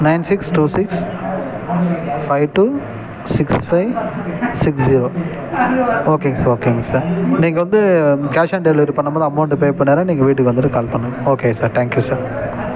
nine six two six five two six five six zero ஓகேங்க sir ஓகேங்க sir நீங்கள் வந்து கேஷ் ஆன் டெலிவரி பண்ணும்போது அமௌண்டு பே பண்ணிடறேன் நீங்கள் வீட்டுக்கு வந்துட்டு கால் பண்ணுங்க ஓகே சார் தேங்க்யூ சார்